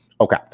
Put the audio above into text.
Okay